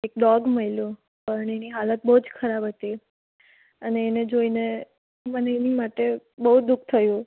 એક ડોગ મળ્યો પણ એની હાલત બહુ જ ખરાબ હતી અને એને જોઈને મને એની માટે બહુ દુઃખ થયું